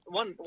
one